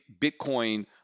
Bitcoin